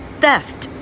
theft